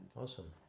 awesome